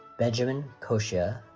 benjamin coscia,